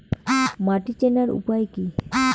মাটি চেনার উপায় কি?